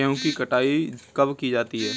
गेहूँ की कटाई कब की जाती है?